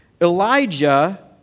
Elijah